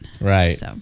Right